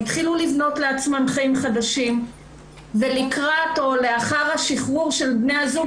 התחילו לבנות לעצמן חיים חדשים ולאחר השחרור של בן הזוג